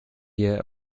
hier